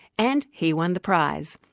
and he won the prize.